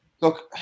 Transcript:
look